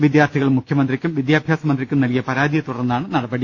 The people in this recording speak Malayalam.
വിദ്യാർത്ഥി കൾ മുഖ്യമന്ത്രിക്കും വിദ്യാഭ്യാസ മന്ത്രിക്കും നൽകിയ പരാതിയെ തുടർന്നാണ് നടപടി